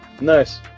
Nice